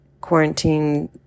quarantine